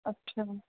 अछा